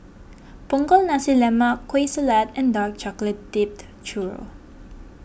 Punggol Nasi Lemak Kueh Salat and Dark Chocolate Dipped Churro